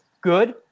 good